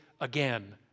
again